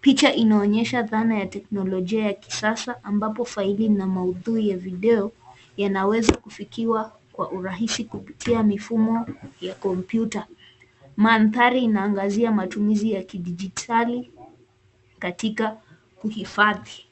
Picha inaonyesha dhana ya teknolojia ya kisasa ambapo faili na maudhui ya video yanaweza kufikiwa kwa urahisi kupitia mifumo ya kompyuta. Mandhari inaangazia matumizi ya kidijitali katika kuhifadhi.